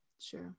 sure